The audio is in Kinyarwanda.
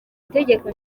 ndirimbo